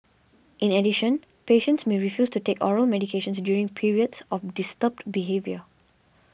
in addition patients may refuse to take oral medications during periods of disturbed behaviour